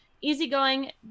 easygoing